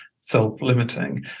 self-limiting